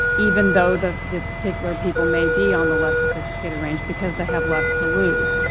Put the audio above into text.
even though the the particular people may be on the less sophisticated range because they have less to lose.